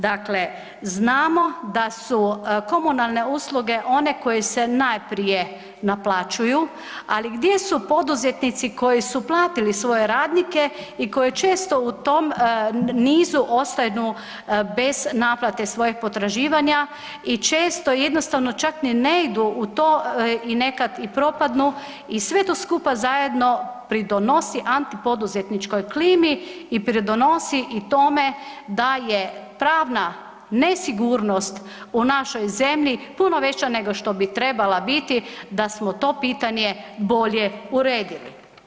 Dakle, znamo da su komunalne usluge one koje se najprije naplaćuju, ali gdje su poduzetnici koji su platili svoje radnike i koji često u tom niz ostanu bez naplate svojih potraživanja i često jednostavno čak ni ne idu u to i nekad i propadnu i sve to skupa zajedno pridonosi antipoduzetničkoj klimi i pridonosi tome da je pravna nesigurnost u našoj zemlji puno veća nego što bi trebalo biti da smo to pitanje bolje uredili.